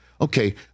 okay